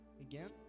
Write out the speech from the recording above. Again